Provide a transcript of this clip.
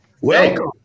welcome